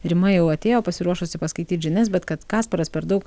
rima jau atėjo pasiruošusi paskaityt žinias bet kad kasparas per daug